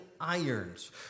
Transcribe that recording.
irons